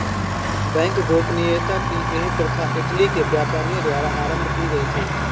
bank गोपनीयता की यह प्रथा इटली के व्यापारियों द्वारा आरम्भ की गयी थी